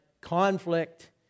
conflict